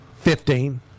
Fifteen